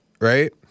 right